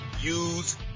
use